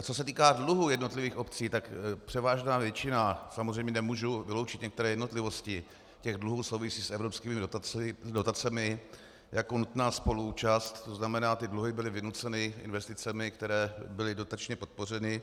Co se týká dluhů jednotlivých obcí, tak převážná většina, samozřejmě nemůžu vyloučit některé jednotlivosti, dluhů souvisí s evropskými dotacemi jako nutná spoluúčast, to znamená dluhy byly vynuceny investicemi, které byly dotačně podpořeny.